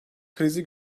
krizi